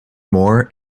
more